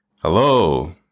Hello